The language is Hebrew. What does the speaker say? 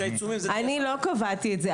אני לא קבעתי את זה.